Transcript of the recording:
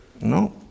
No